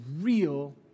real